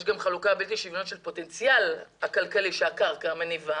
יש גם חלוקה בלתי שוויונית של הפוטנציאל הכלכלי שהקרקע מניבה.